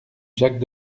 jacques